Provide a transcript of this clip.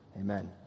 Amen